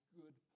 good